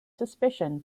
suspicion